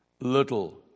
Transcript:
little